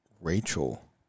Rachel